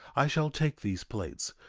i shall take these plates,